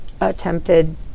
attempted